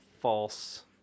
false